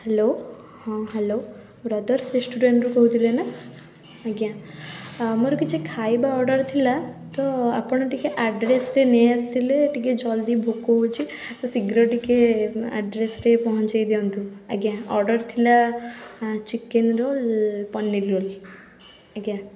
hello ହଁ hello brothers ରେଷ୍ଟୁରାଣ୍ଟ୍ରୁ କହୁଥିଲେ ନା ଆଜ୍ଞା ମୋର କିଛି ଖାଇବା ଅର୍ଡ଼ର ଥିଲା ତ ଆପଣ ଟିକିଏ ଆଡ୍ରେସ୍ରେ ନେଇଆସିଲେ ଟିକିଏ ଜଲ୍ଦି ଭୋକ ହେଉଛି ତ ଶୀଘ୍ର ଟିକିଏ ଆଡ୍ରେସ୍ରେ ପହଞ୍ଚେଇ ଦିଅନ୍ତୁ ଆଜ୍ଞା ଅର୍ଡ଼ର ଥିଲା ଚିକେନ୍ ରୋଲ୍ ପନିର୍ ରୋଲ୍ ଆଜ୍ଞା